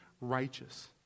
righteous